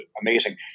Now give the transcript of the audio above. amazing